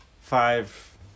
Five